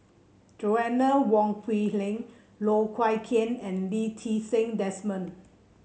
Joanna Wong Quee Loh Wai Kiew and Lee Ti Seng Desmond